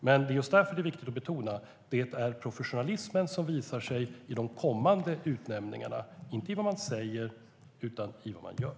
Men det är viktigt att betona att professionalismen visar sig i de kommande utnämningarna, inte i vad man säger, utan i vad man gör.